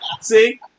See